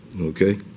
okay